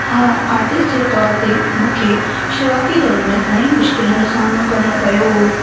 हा आर्टिस्ट जे तौर ते मूंखे शुरूआती दौर में घणेई मुश्किलनि जो सामिनो करिणो पियो हुओ